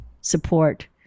support